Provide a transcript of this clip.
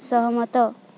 ସହମତ